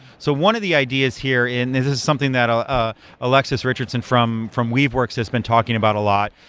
so one of the ideas here, and this is something that ah ah alexis richardson from from weaveworks has been talking about a lot,